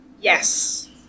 Yes